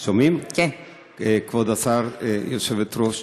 כבוד השר, היושבת-ראש,